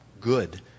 good